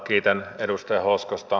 kiitän edustaja hoskosta